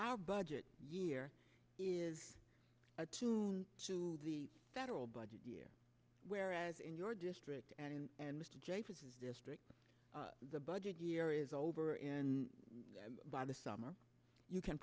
our budget year is attuned to the federal budget year whereas in your district and mr jeffords is district the budget year is over in by the summer you can